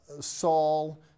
Saul